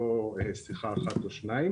לא שיחה אחת או שתיים.